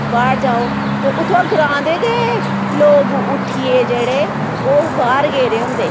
बाह्र जाओ ते उत्थुआं ग्रां दे गै लोग उट्ठियै जेह्ड़े ओह् बाह्र गेदे होंदे